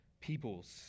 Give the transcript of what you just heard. peoples